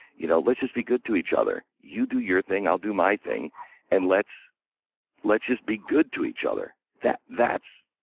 you know let's just be good to each other. you do your thing, i'll do my thing and let's let's just be good to each other. that's